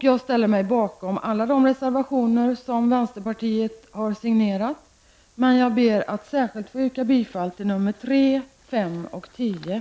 Jag ställer mig bakom alla de reservationer som vänsterpartiet har signerat, men jag ber att särskilt få yrka bifall till reservationerna